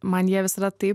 man jie visada taip